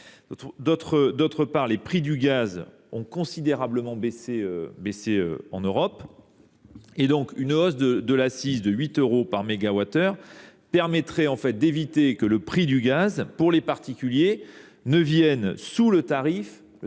ailleurs, les prix du gaz ont considérablement baissé en Europe. Une hausse de l’accise de 8 euros par mégawattheure permettrait d’éviter que le prix du gaz pour les particuliers ne vienne sous le dernier